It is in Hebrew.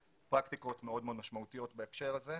פרקטיקות מאוד מאוד משמעותיות בהקשר הזה.